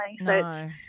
no